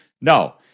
No